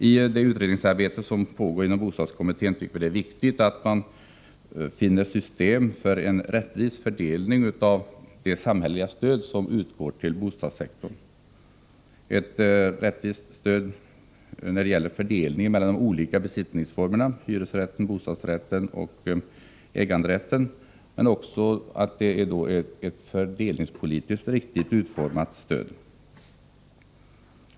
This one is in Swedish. I det utredningsarbete som pågår inom bostadskommittén anser vi att det är viktigt att man finner system för en rättvis fördelning av det samhälleliga stöd som utgår till bostadssektorn. Det skall vara ett rättvist stöd när det gäller fördelningen mellan de olika besittningsformerna — hyresrätten, bostadrätten och äganderätten — men också ett fördelningspolitiskt riktigt utformat stöd.